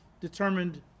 determined